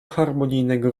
harmonijnego